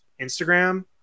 Instagram